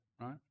right